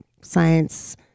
science